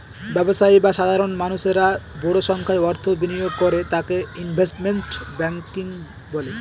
ব্যবসায়ী বা সাধারণ মানুষেরা বড় সংখ্যায় অর্থ বিনিয়োগ করে তাকে ইনভেস্টমেন্ট ব্যাঙ্কিং বলে